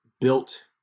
built